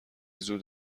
زود